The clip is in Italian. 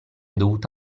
dovuto